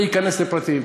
אני אכנס לפרטים.